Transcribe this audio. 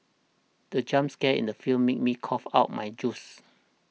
the jump scare in the film made me cough out my juice